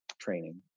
training